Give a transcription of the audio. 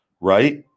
right